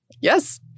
Yes